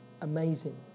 amazing